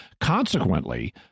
Consequently